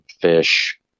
fish